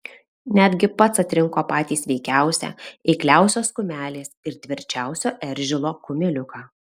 netgi pats atrinko patį sveikiausią eikliausios kumelės ir tvirčiausio eržilo kumeliuką